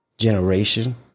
generation